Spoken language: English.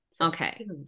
Okay